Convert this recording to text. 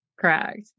correct